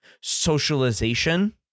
socialization